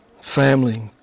family